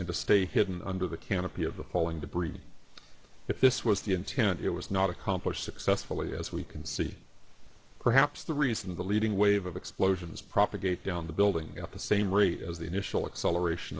and to stay hidden under the canopy of the polling debris if this was the intent it was not accomplished successfully as we can see perhaps the reason the leading wave of explosions propagate down the building at the same rate as the initial acceleration